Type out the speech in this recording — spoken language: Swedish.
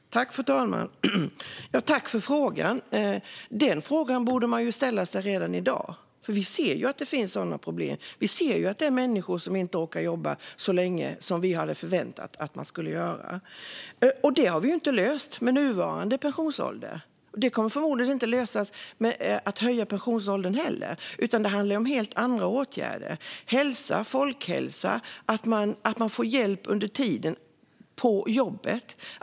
Fru talman! Jag tackar för frågan. Den frågan borde man ställa sig redan i dag. Vi ser ju att det finns sådana problem. Det finns människor som inte orkar jobba så länge som vi hade förväntat att de skulle göra. Det har vi inte löst med nuvarande pensionsålder, och det kommer förmodligen inte att lösas om man höjer pensionsåldern heller. Det handlar om helt andra åtgärder, som har att göra med hälsa, folkhälsa och att man får hjälp under tiden på jobbet.